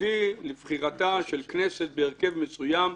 הביא לבחירתה של כנסת בהרכב מסוים,